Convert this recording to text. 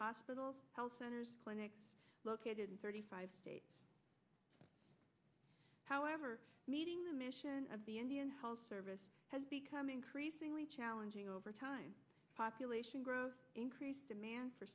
hospitals health centers clinics located in thirty five states however meeting the mission of the indian health service has become increasingly challenging over time population growth increased demand for